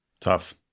Tough